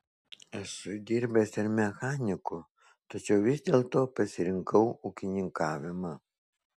esu dirbęs ir mechaniku tačiau vis dėlto pasirinkau ūkininkavimą